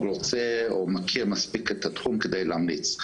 רוצה או מכיר מספיק את התחום כדי להמליץ.